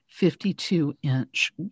52-inch